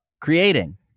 creating